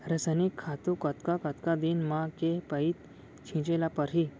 रसायनिक खातू कतका कतका दिन म, के पइत छिंचे ल परहि?